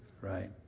Right